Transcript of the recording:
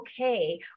okay